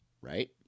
Right